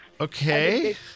Okay